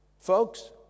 Folks